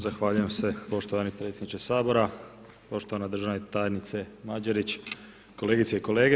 Zahvaljujem se poštovani predsjedniče Sabora, poštovana državna tajnice Mađerić, kolegice i kolege.